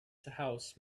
house